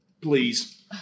please